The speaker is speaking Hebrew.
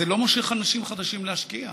זה לא מושך אנשים חדשים להשקיע,